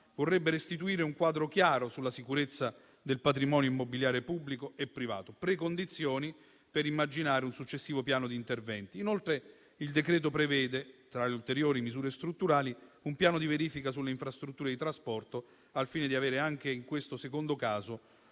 vorrebbe restituire un quadro chiaro sulla sicurezza del patrimonio immobiliare pubblico e privato, precondizioni per immaginare un successivo piano di interventi. Inoltre, il decreto prevede, tra le ulteriori misure strutturali, un piano di verifica sulle infrastrutture di trasporto al fine di avere anche in questo secondo caso